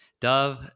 Dove